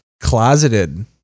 closeted